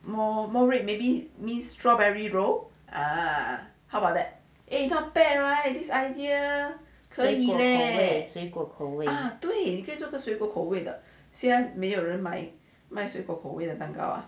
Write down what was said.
水果口味的